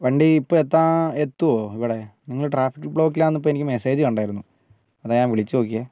വണ്ടി ഇപ്പോൾ എത്താൻ എത്തുമോ ഇവിടെ നിങ്ങൾ ട്രാഫിക്ക് ബ്ളോക്കിലാണെന്ന് എനിക്ക് മെസ്സേജ് കണ്ടായിരുന്നു അതാണ് ഞാൻ വിളിച്ച് നോക്കിയത്